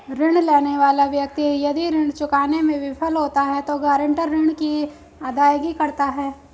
ऋण लेने वाला व्यक्ति यदि ऋण चुकाने में विफल होता है तो गारंटर ऋण की अदायगी करता है